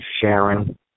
Sharon